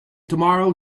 tomorrow